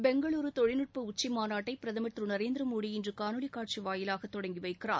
பெங்களூரு தொழில்நுட்ப உச்சிமாநாட்டை பிரதமர் திரு நரேந்திர மோடி இன்று காணொலி காட்சி வாயிலாக தொடங்கி வைக்கிறார்